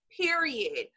Period